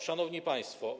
Szanowni Państwo!